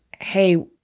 hey